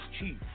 Chief